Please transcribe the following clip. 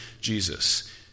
Jesus